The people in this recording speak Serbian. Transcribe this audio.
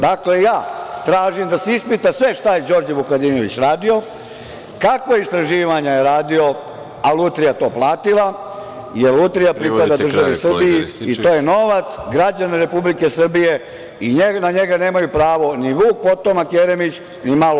Dakle, ja tražim da se ispita sve šta je Đorđe Vukadinović radio, kakva istraživanja je radio, a „Lutrija“ to platila, jer „Lutrija“ pripada državi Srbiji i to je novac građana Republike Srbije i na njega nemaju pravo ni Vuk potomak Jeremić, ni malo